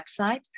website